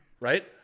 right